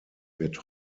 wird